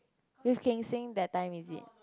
you can sing that time is it